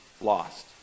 lost